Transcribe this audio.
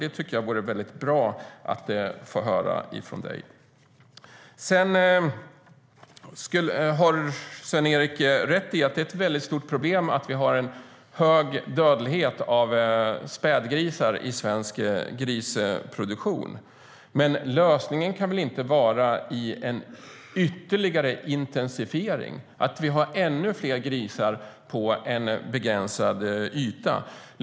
Det tycker jag vore väldigt bra att få höra från dig. Sven-Erik har rätt i att det är ett stort problem att vi har en hög dödlighet av spädgrisar i svensk grisproduktion. Men lösningen kan väl inte vara en ytterligare intensifiering, att ha ännu fler grisar på en begränsad yta.